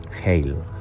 Hail